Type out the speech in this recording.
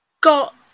got